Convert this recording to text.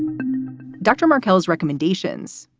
dr. martell's recommendations,